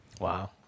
Wow